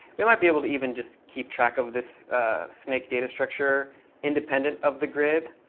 we might be able to even just keep track of this snake data structure independent of the grid,